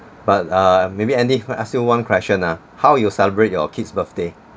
but uh maybe andy come I ask you one question ah how you celebrate your kid's birthday